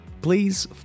Please